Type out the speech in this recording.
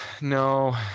no